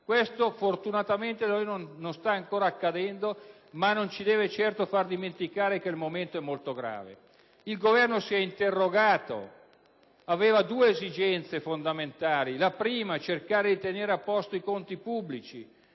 da noi fortunatamente non sta ancora accadendo, ma ciò non ci deve certo far dimenticare che il momento attuale è molto grave. Il Governo si è interrogato rispetto a due esigenze fondamentali: la prima era cercare di tenere a posto i conti pubblici.